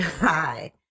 Hi